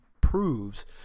proves